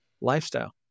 lifestyle